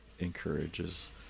encourages